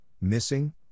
missing